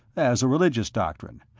as a religious doctrine,